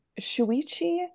Shuichi